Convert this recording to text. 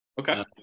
Okay